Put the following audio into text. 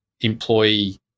employee